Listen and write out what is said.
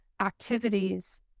activities